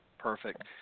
Perfect